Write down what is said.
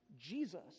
Jesus